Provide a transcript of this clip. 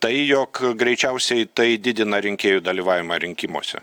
tai jog greičiausiai tai didina rinkėjų dalyvavimą rinkimuose